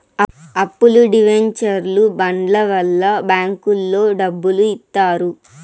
అప్పులు డివెంచర్లు బాండ్ల వల్ల బ్యాంకులో డబ్బులు ఇత్తారు